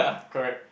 correct